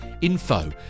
Info